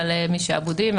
שעבודים,